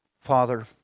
Father